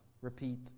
Repeat